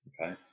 okay